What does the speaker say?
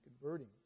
converting